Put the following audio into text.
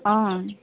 अँ